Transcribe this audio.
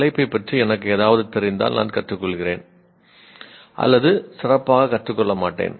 தலைப்பைப் பற்றி எனக்கு ஏதாவது தெரிந்தால் நான் கற்றுக்கொள்கிறேன் அல்லது சிறப்பாகக் கற்றுக்கொள்ள மாட்டேன்